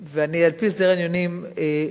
אני מבין שזה בדרך כלל כשיש ניגוד עניינים או משהו,